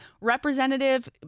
representative